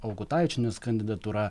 augutavičienės kandidatūra